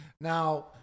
Now